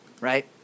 right